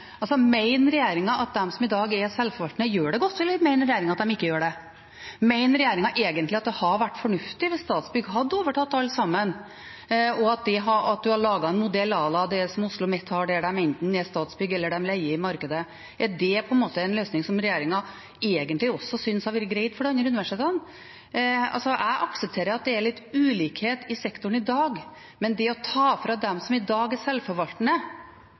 at de ikke gjør det? Mener regjeringen egentlig at det hadde vært fornuftig at Statsbygg hadde overtatt alt sammen, og at en hadde laget en modell à la det som OsloMet har, der de enten forvaltes av Statsbygg eller leier i markedet? Er det en løsning som regjeringen egentlig synes hadde vært greit også for de andre universitetene? Jeg aksepterer at det er litt ulikhet i sektoren i dag, men det å ta fra dem som i dag er